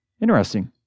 Interesting